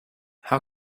how